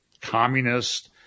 communist